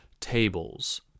tables